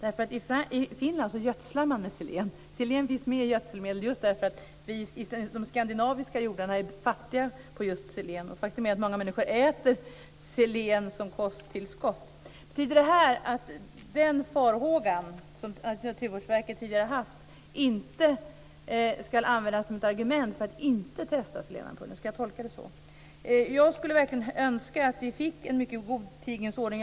I Finland gödslar man med selen. Selen finns med i gödselmedel eftersom de skandinaviska jordarna är fattiga på just selen. Faktum är att många människor äter selen som kosttillskott. Betyder detta att den farhåga som Naturvårdsverket tidigare har haft inte ska användas som ett argument för att inte testa selenampuller? Ska jag tolka det så? Jag skulle verkligen önska att vi fick en mycket god tingens ordning.